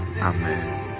Amen